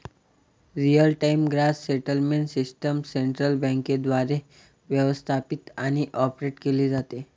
real time gross settlement system central बँकेद्वारे व्यवस्थापित आणि ऑपरेट केली जाते